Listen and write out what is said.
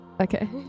okay